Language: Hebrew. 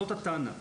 זאת הטענה.